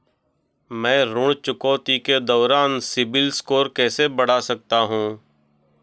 मैं ऋण चुकौती के दौरान सिबिल स्कोर कैसे बढ़ा सकता हूं?